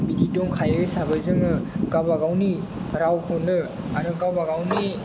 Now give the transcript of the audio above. बिदि दंखायो हिसाबै जोङो गावबा गावनि रावखौनो आरो गावबा गावनि